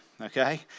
okay